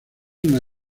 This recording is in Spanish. una